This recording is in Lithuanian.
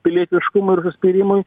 pilietiškumui ir užsispyrimui